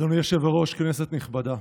אדוני היושב-ראש, כנסת נכבדה.